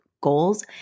goals